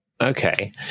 Okay